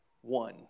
one